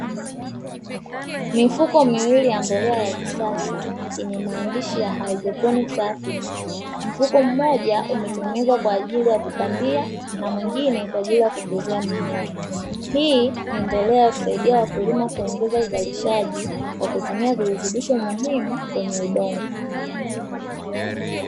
Mifuko miwili ya mbolea ya kisasa yenye maandishi ya "hydroponics africa", mfuko mmoja umetengenezwa kwa ajili ya kupandia na mwingine kwa ajili ya kukuzia mimea, hii ni mbolea ya kusaidia wakulima kuongeza uzalishaji, kwa kutumia virutubisho muhimu kwenye udongo.